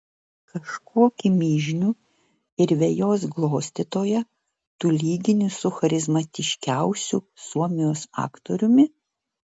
kažkokį mižnių ir vejos glostytoją tu lygini su charizmatiškiausiu suomijos aktoriumi